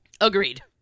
Agreed